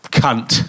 cunt